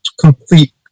complete